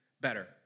better